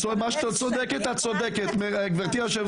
אני חייב